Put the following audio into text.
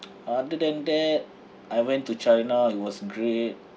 other than that I went to china it was great